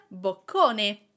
boccone